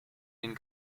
den